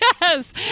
Yes